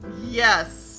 Yes